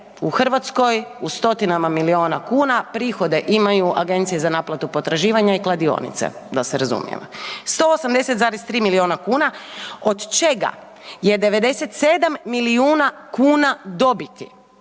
u Hrvatskoj u stotinama miliona kuna prihode imaju agencije za naplatu potraživanja i kladionice, da se razumijemo. 180,3 miliona kuna od čega je 97 milijuna kuna dobiti